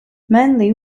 manley